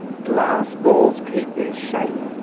glass balls keep their shape,